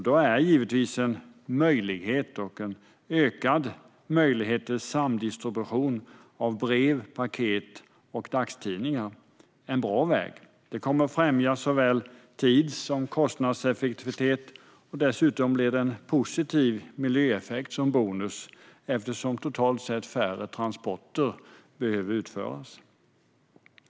Då är ökad möjlighet till samdistribution av brev, paket och dagstidningar en bra väg. Det kommer att främja såväl tids som kostnadseffektivitet. Som bonus får det en positiv miljöeffekt eftersom totalt sett färre transporter behöver utföras.